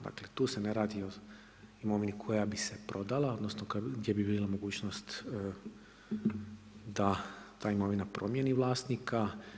Dakle, tu se ne radi o imovini koja bi se prodala, odnosno gdje bi bila mogućnost da ta imovina promijeni vlasnika.